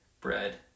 bread